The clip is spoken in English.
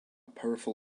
powerful